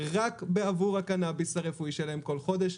רק בעבור הקנביס הרפואי שלהם כל חודש,